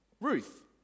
Ruth